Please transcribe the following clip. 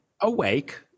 awake